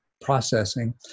processing